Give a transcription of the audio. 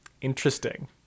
interesting